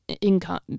income